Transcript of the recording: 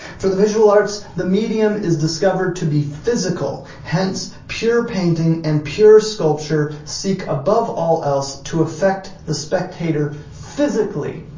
for the visual arts, the medium is discovered to be physical hence pure painting and pure sculpture seek above all else to affect the spectator physically.